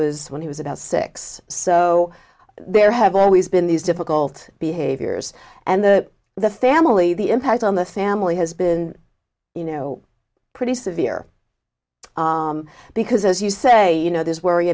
was when he was about six so there have always been these difficult behaviors and the the family the impact on the family has been you know pretty severe because as you say you know there's worry